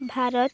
Bharat